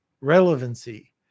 relevancy